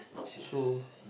so